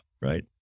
right